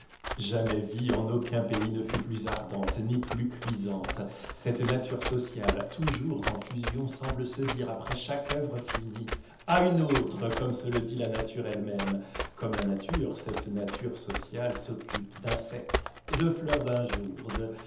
jamais vie en aucun pays ne fut plus ardente ni plus cuisante cette nature sociale toujours en fusion semble se dire après chaque œuvre finie à une autre comme se le dit la nature elle-même comme la nature cette nature sociale s'occupe d'insectes de fleurs d'un jour